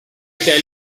tell